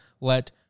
let